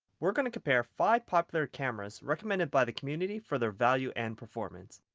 we're going to compare five popular cameras recommended by the community for their value and performance.